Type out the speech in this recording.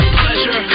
pleasure